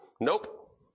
nope